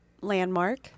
landmark